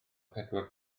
pedwar